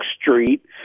Street